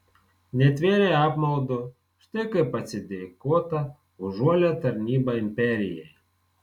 netvėrė apmaudu štai kaip atsidėkota už uolią tarnybą imperijai